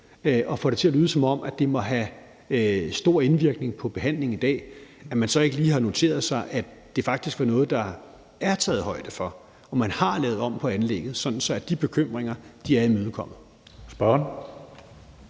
og får det til at lyde, som om det må have stor indvirkning på behandlingen i dag, så ikke lige har noteret sig, at det faktisk er noget, der er taget højde for, og at man har lavet om på anlægget, sådan at de bekymringer er imødegået.